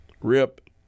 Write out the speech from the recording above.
Rip